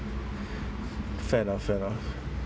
fair enough fair enough